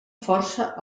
força